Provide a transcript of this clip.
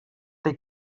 tej